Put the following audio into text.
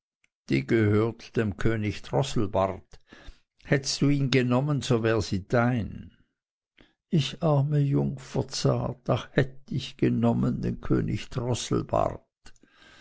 sie gehört dem könig drosselbart hättst du'n genommen so wär sie dein ich arme jungfer zart ach hätt ich genommen den könig drosselbart